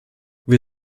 wir